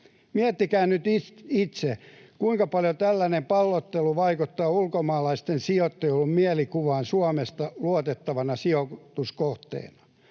Miettikää nyt itse, kuinka paljon tällainen pallottelu vaikuttaa ulkomaalaisten sijoittajien mielikuvaan Suomesta luotettavana sijoituskohteena.